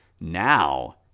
now